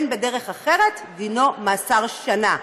ובין בדרך אחרת, דינו, מאסר שנה".